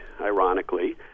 ironically